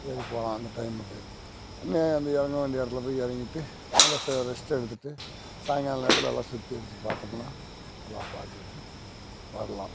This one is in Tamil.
ஏறி போகலாம் அந்த டைமுக்கு ந அந்த இறங்க வேண்டிய இடத்துல போய் இறங்கிட்டு நல்லா சே ரெஸ்ட் எடுத்துட்டு சாயங்கால நேரத்தில் நல்லா சுத்தியடிச்சு பார்த்தோம்னா நல்லா பார்த்துக்கிட்டு வரலாம்